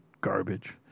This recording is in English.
garbage